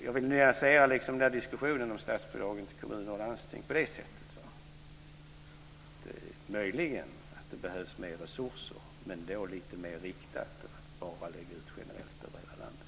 Jag vill alltså nyansera diskussionen om statsbidragen till kommuner och landsting på det sättet. Möjligen behövs det mer resurser, men då lite mer riktade och inte bara så att de läggs ut generellt över hela landet.